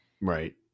right